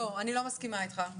לא, אני לא מסכימה איתך.